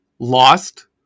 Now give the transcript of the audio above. Lost